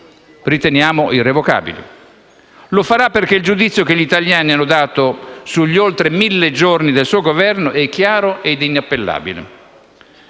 (riteniamo irrevocabili). Lo farà perché il giudizio che gli italiani hanno dato sugli oltre mille giorni del suo Governo è chiaro e inappellabile: